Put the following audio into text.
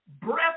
breath